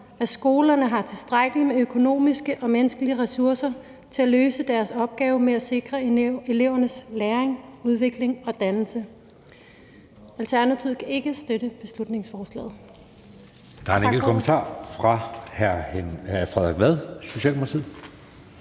at skolerne har tilstrækkelig med økonomiske og menneskelige ressourcer til at løse deres opgave med at sikre elevernes læring, udvikling og dannelse. Alternativet kan ikke støtte beslutningsforslaget.